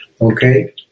Okay